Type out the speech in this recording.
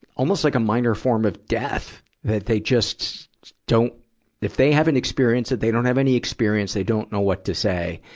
almost like a minor form of death, that they just don't if they haven't experienced it, they don't have any experience, they don't know what to say.